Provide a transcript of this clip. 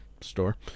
store